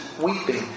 weeping